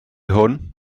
hwn